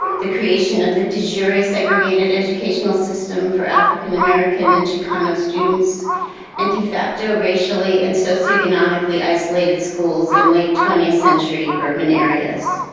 the creation of the de jure segregated educational system for african-american and chicano students and de facto racially and socioeconomically isolated schools in late twentieth century urban areas.